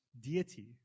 deity